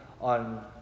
on